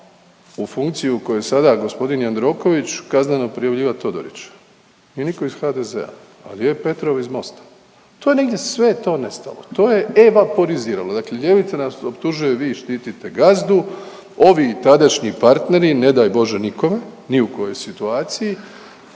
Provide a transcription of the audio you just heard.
u funkciju u kojoj je sada gospodin Jandroković kazneno prijavljivat Todorića. Nije nitko iz HDZ-a. Ali je Petrov iz Mosta. To je negdje, sve je to nestalo. To je evaporiziralo. Dakle ljevica nas optužuje, vi štitite gazdu, ovi tadašnji partneri, ne daj Bože nikome, ni u kojoj situaciji